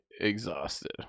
exhausted